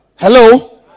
Hello